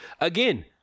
again